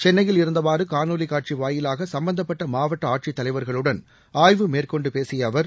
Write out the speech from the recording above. சென்னையில் இருந்தவாறு காணொலி காட்சி வாயிலாக சும்பந்தப்பட்ட மாவட்ட ஆட்சித் தலைவர்களுடன் ஆய்வு மேற்கொண்டு பேசிய அவர்